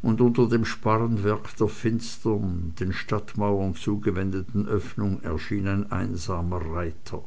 und unter dem sparrenwerk der finstern den stadtmauern zugewendeten öffnung erschien ein einsamer reiter